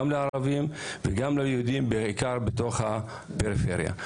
גם לערבים וגם ליהודים בעיקר בתוך הפריפריה.